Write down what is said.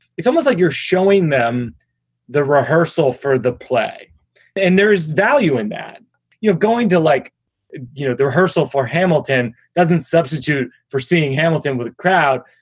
it's almost like you're showing them the rehearsal for the play and there is value in that you're going to like you know the rehearsal for. for. hamilton doesn't substitute for seeing hamilton with a crowd,